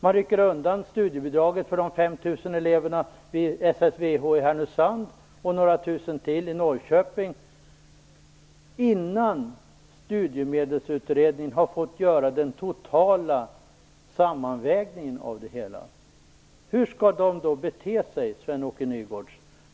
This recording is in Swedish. Man rycker undan studiebidraget för de 5 000 eleverna vid SSVH i Härnösand och för några tusen till i Norrköping innan Studiemedelsutredningen fått göra den totala sammanvägningen av det hela. Hur skall de då bete sig, Sven-Åke Nygårds?